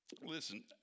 Listen